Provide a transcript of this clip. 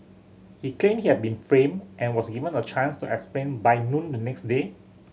he claimed he had been framed and was given a chance to explain by noon the next day